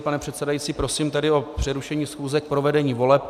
Pane předsedající, prosím tedy o přerušení schůze k provedení voleb.